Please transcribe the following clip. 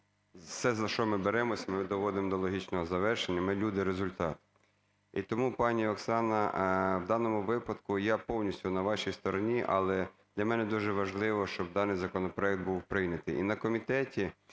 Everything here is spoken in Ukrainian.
все, за що ми беремося, ми доводимо до логічного завершення, ми люди-результат. І тому, пані Оксана, в даному випадку я повністю на вашій стороні. Але для мене дуже важливо, щоб даний законопроект був прийнятий.